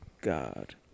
God